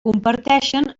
comparteixen